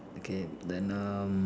okay then um